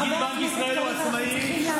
נגיד בנק ישראל הוא עצמאי.